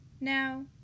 Now